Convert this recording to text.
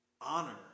honor